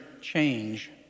change